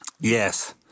yes